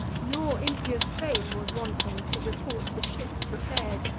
nor impious fame was wanting to report the ships repair'd,